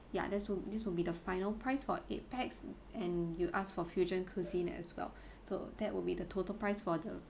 ya that's this will be the final price for eight pax and you asked for fusion cuisine as well so that will be the total price for the